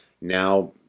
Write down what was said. now